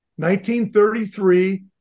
1933